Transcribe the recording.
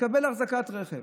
תקבל אחזקת רכב.